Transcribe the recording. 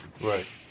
Right